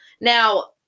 Now